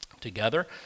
together